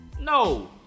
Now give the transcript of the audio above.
No